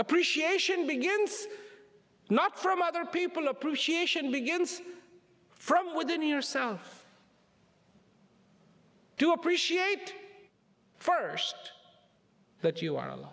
appreciation begins not from other people appreciation begins from within yourself to appreciate first that you are